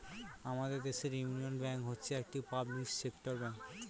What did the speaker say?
আমাদের দেশের union bank হচ্ছে একটি পাবলিক সেক্টর ব্যাঙ্ক